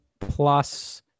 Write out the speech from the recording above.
plus